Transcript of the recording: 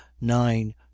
nine